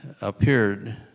appeared